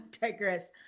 digress